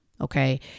okay